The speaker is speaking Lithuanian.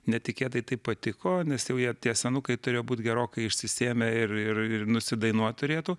netikėtai taip patiko nes jau jie tie senukai turėjo būti gerokai išsisėmę ir ir nusidainuot turėtų